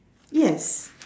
yes